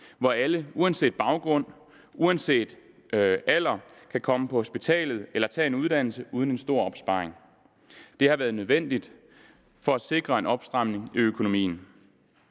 hvor alle uanset baggrund og uanset alder kan komme på hospitalet eller tage en uddannelse uden at have en stor opsparing. Det har været nødvendigt for at sikre en opstramning af økonomien.